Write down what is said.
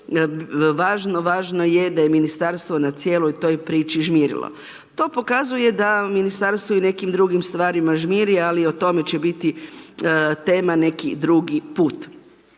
važno, važno je da je ministarstvo na cijeloj toj priči žmirilo. To pokazuje da ministarstvo i u nekim drugim stvarima žmiri ali o tome će biti tema neki drugi put.